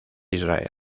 israel